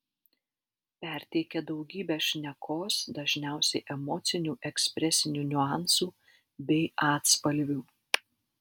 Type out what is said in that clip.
perteikia daugybę šnekos dažniausiai emocinių ekspresinių niuansų bei atspalvių